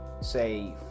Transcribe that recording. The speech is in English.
say